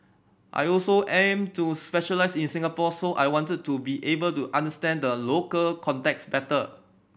I also aim to specialise in Singapore so I wanted to be able to understand the local context better